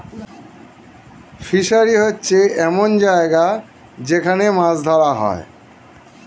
fishery হচ্ছে এমন জায়গা যেখান মাছ ধরা হয়